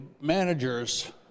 manager's